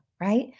right